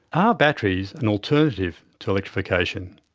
are batteries an alternative to electrification?